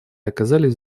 оказались